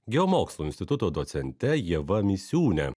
geomokslų instituto docente ieva misiūne